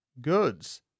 goods